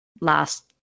last